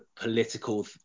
political